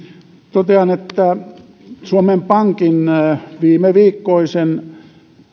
totean että suomen pankin viimeviikkoisen